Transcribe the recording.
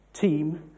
team